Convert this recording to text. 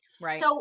Right